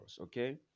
okay